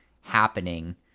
happening